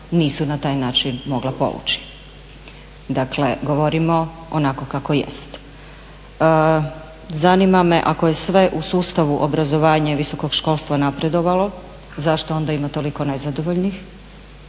nisu na taj način mogla povući. Dakle govorimo onako kako jest. Zanima me ako je u sustavu obrazovanja i visokog školstva napredovalo, zašto onda ima toliko nezadovoljnih